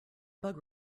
bug